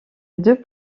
deux